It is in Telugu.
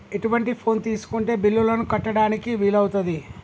ఎటువంటి ఫోన్ తీసుకుంటే బిల్లులను కట్టడానికి వీలవుతది?